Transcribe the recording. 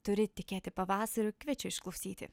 turi tikėti pavasariu kviečiu išklausyti